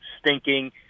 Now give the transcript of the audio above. stinking